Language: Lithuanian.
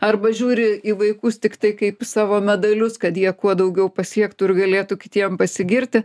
arba žiūri į vaikus tiktai kaip į savo medalius kad jie kuo daugiau pasiektų ir galėtų kitiem pasigirti